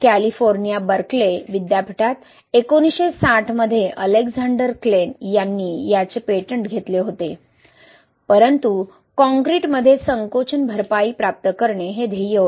California Berkeley विद्यापीठात 1960 मध्ये Alexander Klein यांनी याचे पेटंट घेतले होते परंतु कॉंक्रिटमध्ये संकोचन भरपाई प्राप्त करणे हे ध्येय होते